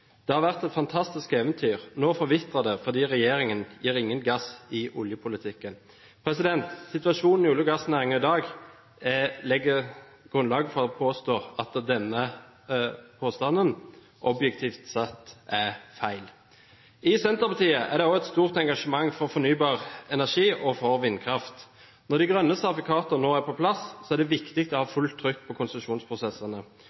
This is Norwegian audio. Det har vært et fantastisk eventyr, nå forvitrer det fordi regjeringen gir ingen gass i oljepolitikken.» Situasjonen i olje- og gassnæringen i dag gir grunnlag for å si at denne påstanden objektivt sett er feil. I Senterpartiet er det også et stort engasjement for fornybar energi og for vindkraft. Når de grønne sertifikatene nå er på plass, er det viktig å ha